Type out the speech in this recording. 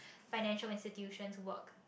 financial institution's work